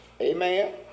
Amen